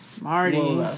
Marty